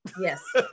yes